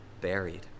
buried